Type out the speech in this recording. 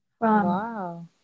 Wow